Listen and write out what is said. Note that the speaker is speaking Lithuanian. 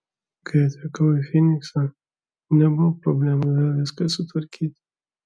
kai atvykau į fyniksą nebuvo problemų vėl viską sutvarkyti